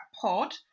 Pod